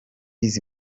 izi